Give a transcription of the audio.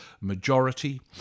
majority